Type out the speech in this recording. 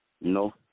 No